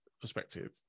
perspective